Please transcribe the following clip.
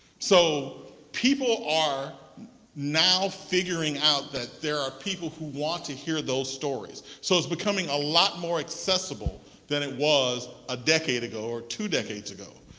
so people are now figuring out that there are people who want to hear those stories. so it's becoming a lot more accessible than it was a decade ago or two decades ago.